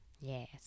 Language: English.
Yes